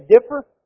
differ